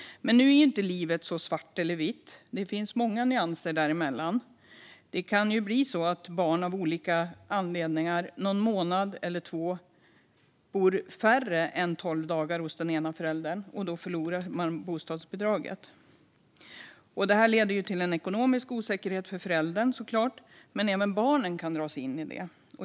Men nu är ju inte livet så svart eller vitt; det finns många nyanser däremellan. Det kan ju bli så att barn av olika anledningar någon månad eller två bor färre än tolv dagar hos den ena föräldern, som då förlorar bostadsbidraget. Det leder såklart till en ekonomisk osäkerhet för föräldern, men även barnen kan dras in i detta.